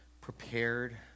prepared